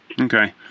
Okay